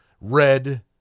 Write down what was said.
red